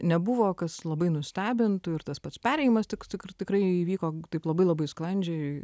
nebuvo kas labai nustebintų ir tas pats perėjimas tik ir tikrai įvyko taip labai labai sklandžiai